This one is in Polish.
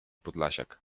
podlasiak